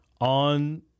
on